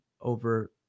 over